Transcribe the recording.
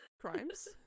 Crimes